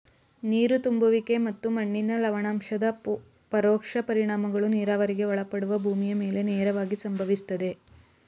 ನೀರು ತುಂಬುವಿಕೆ ಮತ್ತು ಮಣ್ಣಿನ ಲವಣಾಂಶದ ಪರೋಕ್ಷ ಪರಿಣಾಮಗಳು ನೀರಾವರಿಗೆ ಒಳಪಡುವ ಭೂಮಿಯ ಮೇಲೆ ನೇರವಾಗಿ ಸಂಭವಿಸ್ತವೆ